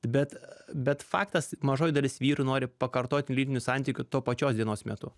bet bet faktas mažoji dalis vyrų nori pakartotinių lytinių santykių tos pačios dienos metu